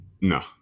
No